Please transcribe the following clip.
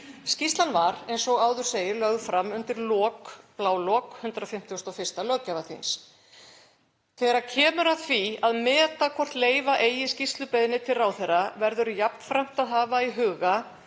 Skýrslan var, eins og áður segir, lögð fram undir lok, blálok 151. löggjafarþings. Þegar kemur að því að meta hvort leyfa eigi skýrslubeiðni til ráðherra verður jafnframt að hafa í huga